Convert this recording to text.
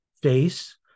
face